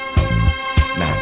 Now